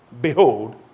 behold